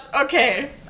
Okay